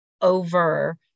over